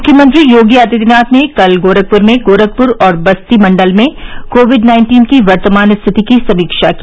मुख्यमंत्री योगी आदित्यनाथ ने कल गोरखपुर में गोरखपुर और बस्ती मण्डल में कोविड नाइन्टीन की वर्तमान स्थिति की समीक्षा की